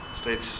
states